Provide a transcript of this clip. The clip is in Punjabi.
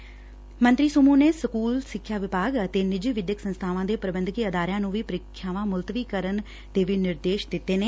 ਮੀਟਿੰਗ ਦੌਰਾਨ ਮੰਤਰੀ ਸਮੁਹ ਨੇ ਸਕੁਲ ਸਿੱਖਿਆ ਵਿਭਾਗ ਅਤੇ ਨਿੱਜੀ ਵਿਦਿਅਕ ਸੰਸਬਾਵਾਂ ਦੇ ਪ੍ਰਬੰਧਕੀ ਅਦਾਰਿਆਂ ਨੂੰ ਵੀ ਪ੍ਰੀਖਿਆਵਾਂ ਮੁਲਤਵੀ ਕਰਨ ਦੇ ਨਿਰਦੇਸ ਦਿੱਤੇ ਨੇ